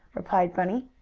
replied bunny.